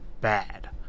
bad